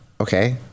okay